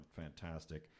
fantastic